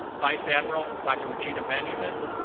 vice admiral dr. regina benjamin,